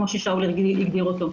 כמו ששאול הגדיר אותו.